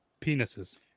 penises